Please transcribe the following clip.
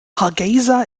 hargeysa